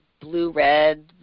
blue-red